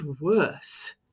worse